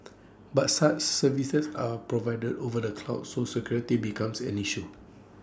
but such services are provided over the cloud so security becomes an issue